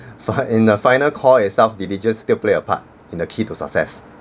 for in the final call itself diligence still play a part in the key to success